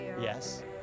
Yes